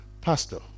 Pastor